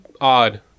odd